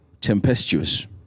tempestuous